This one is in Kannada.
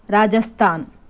ರಾಜಸ್ಥಾನ್